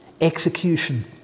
execution